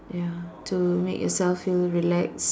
ya to make yourself feel relaxed